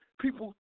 people